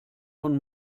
von